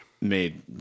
made